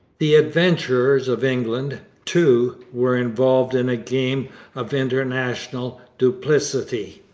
the adventurers of england too, were involved in a game of international duplicity.